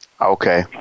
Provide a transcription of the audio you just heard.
Okay